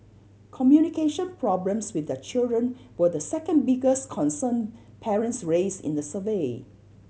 communication problems with their children were the second biggest concern parents raised in the survey